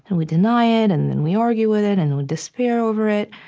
and we deny it, and then we argue with it, and we despair over it.